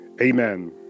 Amen